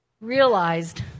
realized